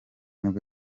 nibwo